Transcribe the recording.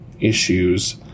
issues